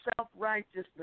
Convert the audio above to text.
self-righteousness